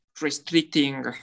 restricting